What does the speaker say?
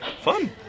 fun